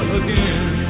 again